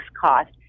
cost